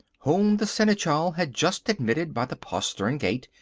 whom the seneschal had just admitted by the postern gate,